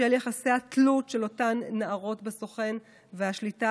בשל יחסי התלות של אותן נערות בסוכן והשליטה